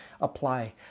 apply